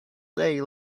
day